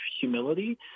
humility